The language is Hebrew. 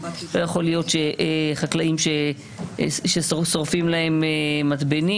לא יכול להיות חקלאים ששורפים להם מתבנים